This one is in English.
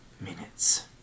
minutes